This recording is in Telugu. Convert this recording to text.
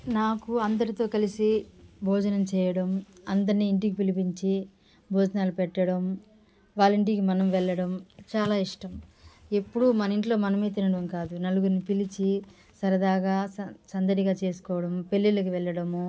నాకు అందరితో కలిసి భోజనం చేయడం అందర్నీ ఇంటికి పిలిపించి భోజనాలు పెట్టడం వాళ్ళ ఇంటికి మనం వెళ్లడం చాలా ఇష్టం ఎప్పుడు మన ఇంట్లో మనమే తినడం కాదు నలుగురిని పిలిచి సరదాగా సందడిగా చేసుకోవడం పెళ్లిళ్లకి వెళ్లడము